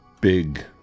big